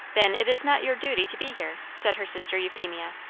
then it is not your duty to be here, said her sister euphemia,